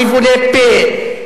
ניבולי פה,